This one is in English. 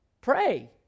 pray